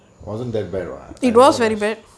wasn't that bad [what] I go brush